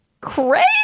crazy